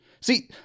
See